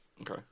Okay